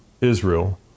Israel